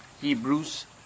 Hebrews